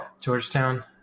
Georgetown